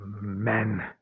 men